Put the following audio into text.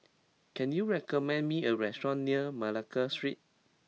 can you recommend me a restaurant near Malacca Street